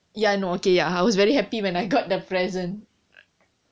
ya no okay ya I was very happy when I got the present